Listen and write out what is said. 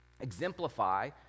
Exemplify